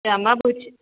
जोंहाबा बोथि